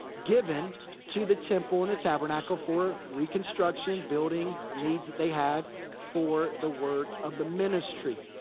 given to the temple and the tabernacle for reconstruction, building, needs that they had for the work of the ministry.